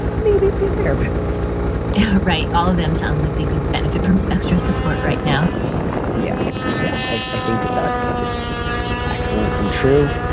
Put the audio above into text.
maybe see a therapist yeah right. all of them sound like they could benefit from some extra support right now yeah, yeah. i i think that that is excellent and true.